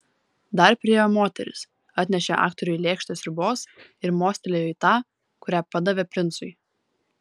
dar priėjo moteris atnešė aktoriui lėkštę sriubos ir mostelėjo į tą kurią padavė princui